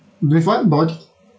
with what body